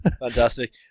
fantastic